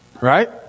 Right